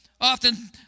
Often